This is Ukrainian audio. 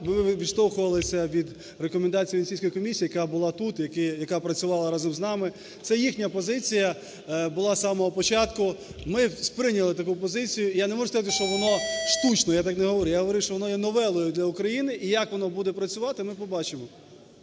ми відштовхувалися від рекомендацій Венеційської комісії, яка була тут, яка працювала разом з нами, це їхня позиція була з самого початку, ми сприйняли таку позицію. Я не можу сказати, що воно штучне. Я так не говорив, я говорив, що воно є новелою для України, і, як воно буде працювати, ми побачимо.